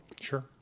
sure